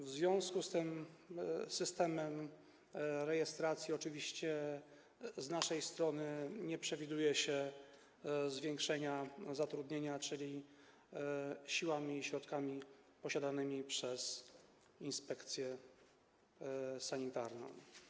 W związku z tym systemem rejestracji oczywiście z naszej strony nie przewiduje się zwiększenia zatrudnienia, czyli będziemy to robili siłami i środkami posiadanymi przez inspekcję sanitarną.